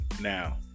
now